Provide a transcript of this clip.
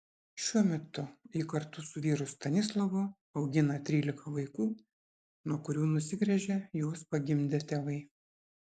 šiuo metu ji kartu su vyru stanislovu augina trylika vaikų nuo kurių nusigręžė juos pagimdę tėvai